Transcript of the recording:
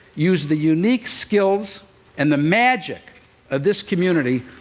used the unique skills and the magic of this community,